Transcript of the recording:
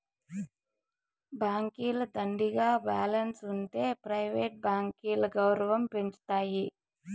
బాంకీల దండిగా బాలెన్స్ ఉంటె ప్రైవేట్ బాంకీల గౌరవం పెంచతాయి